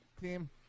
team